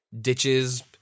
ditches